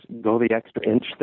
go-the-extra-inch